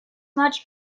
much